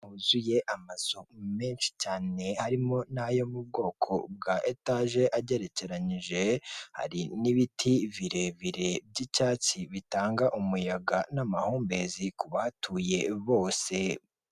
Aba ni abantu bagera kuri barindwi bahagaze ahantu hamwe ku itapi y'umutuku barakeye cyane, bafite icyapa cyamamaza ibijyanye n'ubwishingizi mu biganza byabo higanjemo abagore ndetse n'abagabo.